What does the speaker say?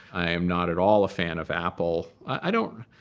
i am not at all a fan of apple. i